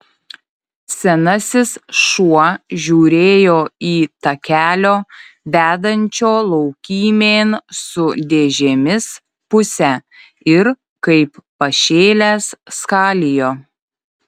senasis šuo žiūrėjo į takelio vedančio laukymėn su dėžėmis pusę ir kaip pašėlęs skalijo